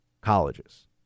colleges